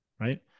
right